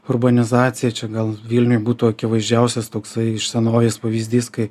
urbanizacija čia gal vilniuj būtų akivaizdžiausias toksai iš senovės pavyzdys kai